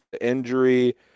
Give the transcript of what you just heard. injury